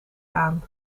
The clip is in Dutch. aan